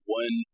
one